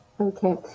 Okay